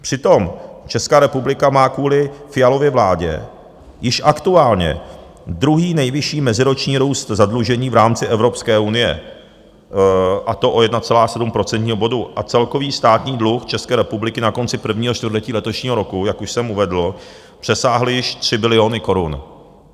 Přitom Česká republika má kvůli Fialově vládě již aktuálně druhý nejvyšší meziroční růst zadlužení v rámci Evropské unie, a to o 1,7 procentního bodu a celkový státní dluh České republiky na konci prvního čtvrtletí letošního roku, jak už jsem uvedl, přesáhl již tři biliony korun.